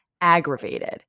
aggravated